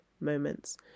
moments